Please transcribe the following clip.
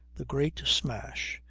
the great smash,